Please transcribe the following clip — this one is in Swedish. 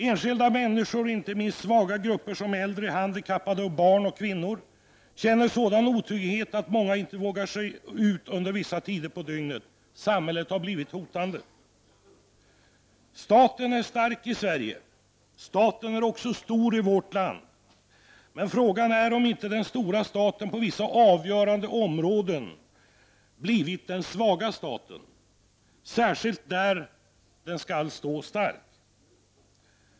Enskilda människor — inte minst svaga grupper såsom äldre, handikappade, barn och kvinnor — känner sådan otrygghet att många inte vågar sig ut under vissa tider på dygnet. Samhället har blivit hotande. Staten är stark i Sverige. Staten är också stor i vårt land, men fråga är om inte den stora staten på vissa avgörande områden blivit den svaga staten, i synnerhet där den skall stå stark.